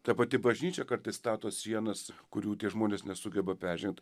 ta pati bažnyčia kartais stato sienas kurių tie žmonės nesugeba peržengt